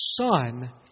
son